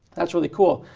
that's really cool.